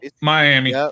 Miami